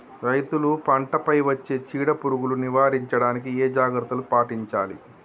రైతులు పంట పై వచ్చే చీడ పురుగులు నివారించడానికి ఏ జాగ్రత్తలు పాటించాలి?